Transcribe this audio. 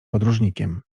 podróżnikiem